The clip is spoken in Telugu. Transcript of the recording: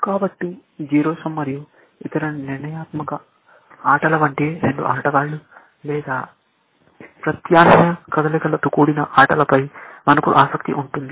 కాబట్టి జీరో సమ్ మరియు ఇతర నిర్ణయాత్మక ఆటల వంటి రెండు ఆటగాళ్ళు లేదా ప్రత్యామ్నాయ కదలికలతో కూడిన ఆటలపై మనకు ఆసక్తి ఉంటుంది